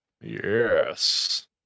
yes